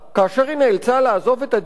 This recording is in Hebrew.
כאשר היא נאלצה לעזוב את הדירה,